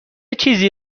چیزی